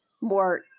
more